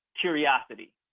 curiosity